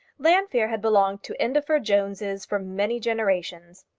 llanfeare had belonged to indefer joneses for many generations.